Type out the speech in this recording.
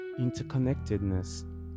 interconnectedness